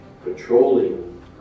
patrolling